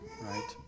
right